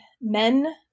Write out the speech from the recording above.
men